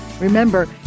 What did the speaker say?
Remember